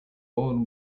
old